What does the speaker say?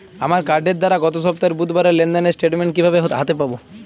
আমার কার্ডের দ্বারা গত সপ্তাহের বুধবারের লেনদেনের স্টেটমেন্ট কীভাবে হাতে পাব?